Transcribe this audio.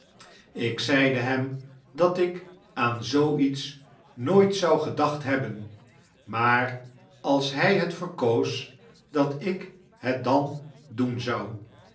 ik zeide hem dat ik aan zoo iets nooit zou gedacht hebben maar als hy het verkoos dat ik het dan doen zou